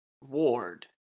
ward